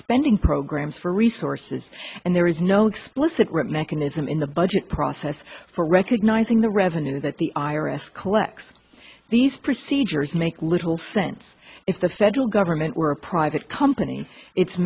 spending programs for resources and there is no explicit rip mechanism in the budget process for recognizing the revenue that the iris collects these procedures make little sense if the federal government were a private company it